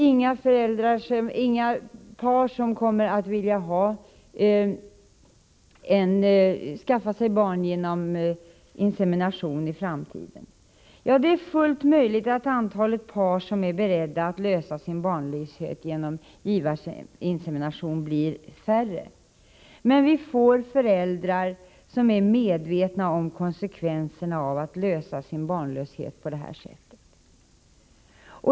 Inga par kommer i framtiden att vilja skaffa sig barn genom insemination, sägs det också. Det är fullt möjligt att antalet barnlösa par som är beredda att genomgå insemination blir färre, men vi får föräldrar som är medvetna om konsekvenserna av att på detta sätt komma till rätta med sin barnlöshet.